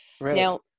Now